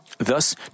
Thus